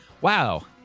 Wow